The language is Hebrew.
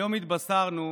היום התבשרנו